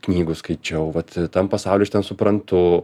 knygų skaičiau vat tam pasauly aš ten suprantu